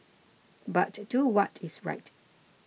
but do what is right